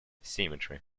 symmetry